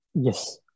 Yes